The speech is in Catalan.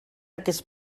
aquest